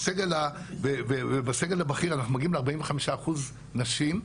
בסגל הבכיר אנחנו מגיעים ל-45% נשים.